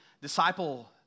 disciple